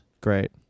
Great